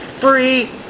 free